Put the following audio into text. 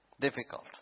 Difficult